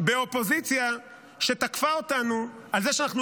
באופוזיציה שתקפה אותנו על זה שאנחנו